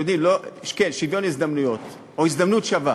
כן, שוויון הזדמנויות, או הזדמנות שווה.